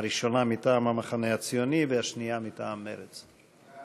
הראשונה מטעם המחנה הציוני והשנייה מטעם מרצ.